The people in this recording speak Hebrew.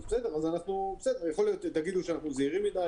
אולי תגידו שאנחנו זהירים מדי.